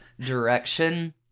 direction